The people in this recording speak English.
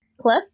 cliff